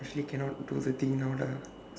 actually cannot do the thing you know the